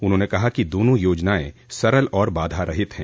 उन्होंने कहा कि दोनों योजनाएं सरल और बाधारहित हैं